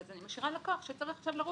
אז אני משאירה לקוח שצריך עכשיו לרוץ,